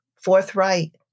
forthright